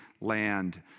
land